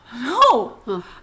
No